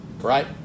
right